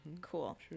cool